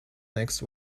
next